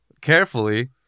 carefully